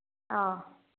ꯑꯧ